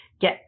get